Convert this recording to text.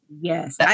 Yes